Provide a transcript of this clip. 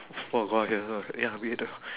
there's foie gras here now ya we ate the